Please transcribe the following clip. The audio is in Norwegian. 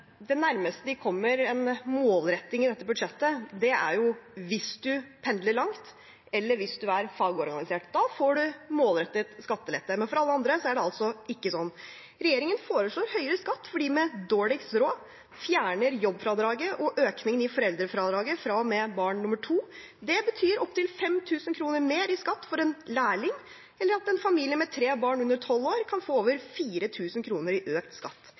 det nærmeste vi kommer en målretting i dette budsjettet, er hvis man ser på dem som pendler langt, eller på dem som er fagorganisert. Da får man målrettet skattelette. Men for alle andre er det ikke sånn. Regjeringen foreslår høyere skatt for dem med dårligst råd, fjerner jobbfradraget og økningen i foreldrefradraget fra og med barn nummer to. Det betyr opptil 5 000 kr mer i skatt for en lærling, eller at en familie med tre barn under tolv år kan få over 4 000 kr i økt skatt.